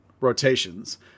rotations